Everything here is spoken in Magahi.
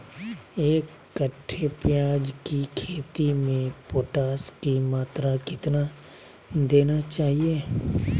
एक कट्टे प्याज की खेती में पोटास की मात्रा कितना देना चाहिए?